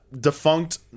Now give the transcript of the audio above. defunct